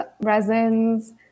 resins